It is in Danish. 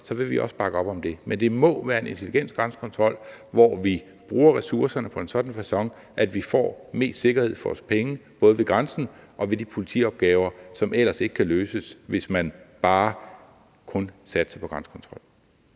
vil vi også bakke op om det. Men det må være en intelligent grænsekontrol, hvor vi bruger ressourcerne på en sådan facon, at vi får mest sikkerhed for vores penge både ved grænsen og ved de politiopgaver, som ellers ikke kan løses, hvis man bare kun satsede på grænsekontrol.